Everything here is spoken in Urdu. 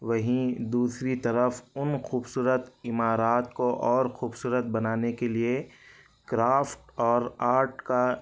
وہیں دوسری طرف ان خوبصورت عمارات کو اور خوبصورت بنانے کے لیے کرافٹ اور آرٹ کا